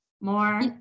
more